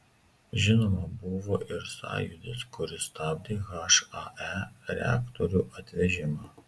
žinoma buvo ir sąjūdis kuris stabdė hae reaktorių atvežimą